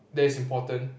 that's important